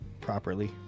Properly